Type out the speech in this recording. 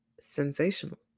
Sensational